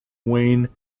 wayne